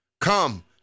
Come